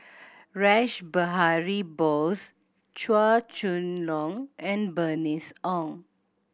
Rash Behari Bose Chua Chong Long and Bernice Ong